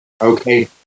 okay